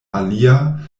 alia